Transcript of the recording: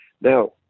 now